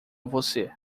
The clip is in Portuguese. você